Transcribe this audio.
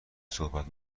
صحبت